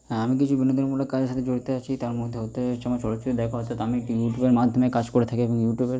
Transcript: হ্যাঁ আমি কিছু বিনোদনমূলক কাজের সাথে জড়িত আছি তার মধ্যে ওতে হচ্ছে আমার চলচ্চিত্র আছে আমি ইউটিউবের মাধ্যমে কাজ করে থাকি এবং ইউটিউবের